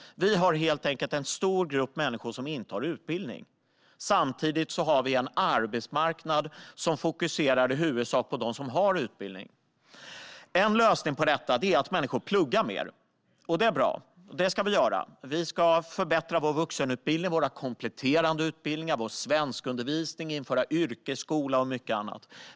Vi har helt enkelt en stor grupp människor som inte har utbildning. Samtidigt har vi en arbetsmarknad som fokuserar i huvudsak på dem som har utbildning. En lösning på detta är att människor pluggar mer. Det är bra - det ska vi göra. Vi ska förbättra vår vuxenutbildning, våra kompletterande utbildningar och vår svenskundervisning, och vi ska införa yrkesskola och mycket annat.